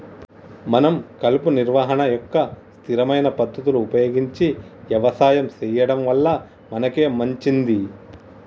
మనం కలుపు నిర్వహణ యొక్క స్థిరమైన పద్ధతులు ఉపయోగించి యవసాయం సెయ్యడం వల్ల మనకే మంచింది